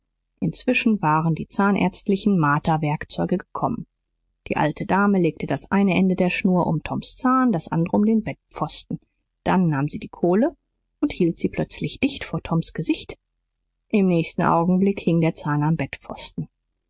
inzwischen waren die zahnärztlichen marterwerkzeuge gekommen die alte dame legte das eine ende der schnur um toms zahn das andere um den bettpfosten dann nahm sie die kohle und hielt sie plötzlich dicht vor toms gesicht im nächsten augenblick hing der zahn am bettpfosten